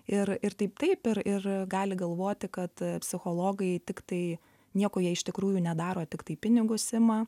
ir ir taip taip ir ir gali galvoti kad psichologai tiktai nieko jie iš tikrųjų nedaro tiktai pinigus ima